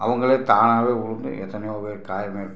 அவங்களே தானாவே விழுந்து எத்தனையோ பேர் காயம் ஏற்பட்டு